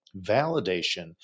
validation